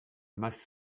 masse